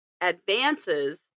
advances